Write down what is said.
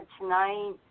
tonight